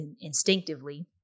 instinctively